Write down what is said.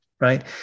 right